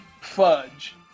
fudge